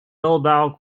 bilbao